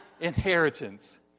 inheritance